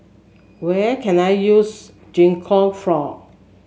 where can I use Gingko for